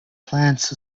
plants